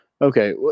okay